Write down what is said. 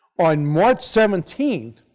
on march seventeen,